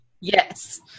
Yes